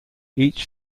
each